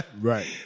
Right